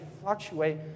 fluctuate